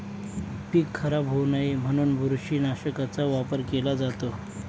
पीक खराब होऊ नये म्हणून बुरशीनाशकाचा वापर केला जातो